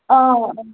অঁ